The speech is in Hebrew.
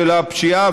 של הפשיעה,